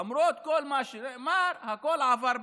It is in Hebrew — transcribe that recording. למרות כל מה שנאמר, הכול עבר בשלום.